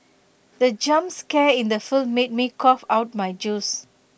the jump scare in the film made me cough out my juice